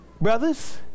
Brothers